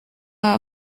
are